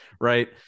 right